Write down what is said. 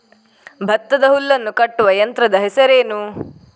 ಭತ್ತದ ಹುಲ್ಲನ್ನು ಕಟ್ಟುವ ಯಂತ್ರದ ಹೆಸರೇನು?